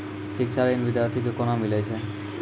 शिक्षा ऋण बिद्यार्थी के कोना मिलै छै?